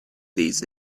these